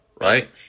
Right